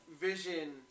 Vision